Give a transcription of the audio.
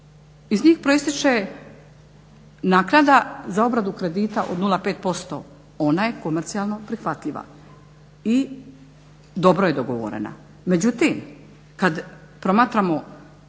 iz njih proistječe naknada za obradu kredita od 0,5% ona je komercijalno prihvatljiva i dobro je dogovorena. Međutim, kad promatramo